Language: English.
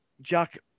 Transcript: Jack